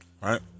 right